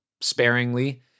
sparingly